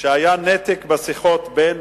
שהיה נתק בשיחות בין,